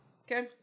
okay